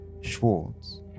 Schwartz